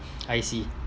I see